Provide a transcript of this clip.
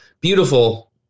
Beautiful